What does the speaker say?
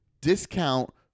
discount